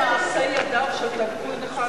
הוא גם מעשה ידיו של טייקון אחד,